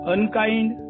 Unkind